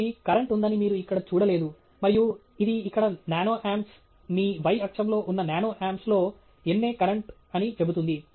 కాబట్టి కరెంట్ ఉందని మీరు ఎక్కడా చూడలేదు మరియు ఇది ఇక్కడ నానో ఆంప్స్ మీ y అక్షంలో ఉన్న నానో ఆంప్స్లో nA కరెంట్ అని చెబుతుంది